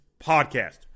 podcast